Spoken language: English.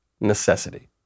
necessity